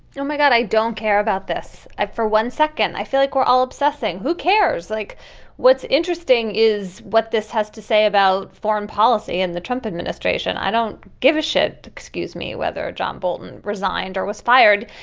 oh my god i don't care about this. i for one second i feel like we're all obsessing who cares. like what's interesting is what this has to say about foreign policy and the trump administration. i don't give a shit. excuse me whether john bolton resigned or was fired.